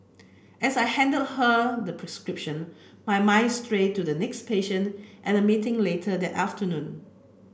as I handed her the prescription my mind strayed to the next patient and the meeting later that afternoon